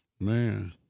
Man